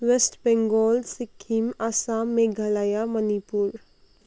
West Bengal Sikkim Assam Meghalaya Manipur